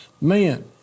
Man